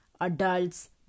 adults